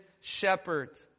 shepherd